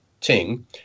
Ting